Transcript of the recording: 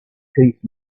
keith